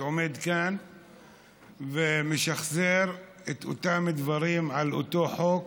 עומד כאן ומשחזר את אותם דברים על אותו חוק,